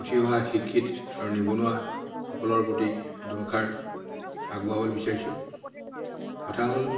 উঠি শিক্ষিত আৰু নিবনুৱাসকলৰ প্ৰতি দুআষাৰ আগুৱাবলৈ বিচাৰিছোঁ কথা হ'ল